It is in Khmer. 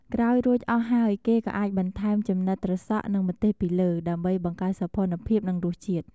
ក្រោយរួចអស់ហើយ គេក៏អាចបន្ថែម ចំណិតត្រសក់និងម្ទេសពីលើ ដើម្បីបង្កើនសោភ័ណភាពនិងរសជាតិ។